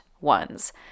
ones